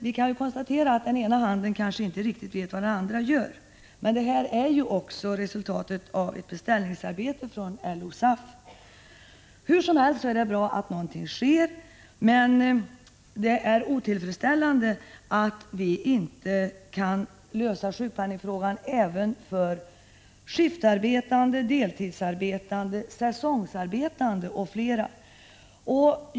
Vi kan konstatera att den ena handen kanske inte riktigt vet vad den andra gör. Detta är ju också resultatet av ett beställningsarbete från LO och SAF. Hur som helst är det bra att någonting sker. Men det är otillfredsställande att vi inte kan lösa frågan om sjukpenning även för skiftarbetande, deltidsarbetande och säsongsarbetande m.fl.